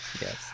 yes